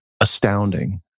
astounding